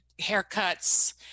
haircuts